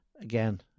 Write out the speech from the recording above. again